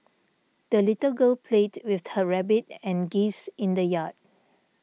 the little girl played with her rabbit and geese in the yard